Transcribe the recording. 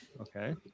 Okay